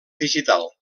digital